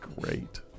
great